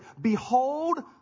Behold